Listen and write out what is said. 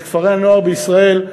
את כפרי-הנוער בישראל,